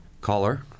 caller